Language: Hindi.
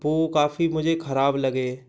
वह काफ़ी मुझे ख़राब लगे